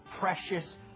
precious